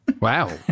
Wow